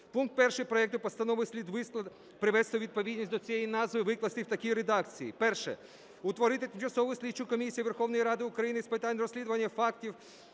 Пункт 1 проекту постанови слід привести у відповідність до цієї назви і викласти в такій редакції: "Перше. Утворити Тимчасову слідчу комісію Верховної Ради України з питань розслідування фактів